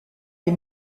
les